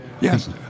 yes